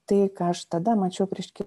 tai ką aš tada mačiau prieš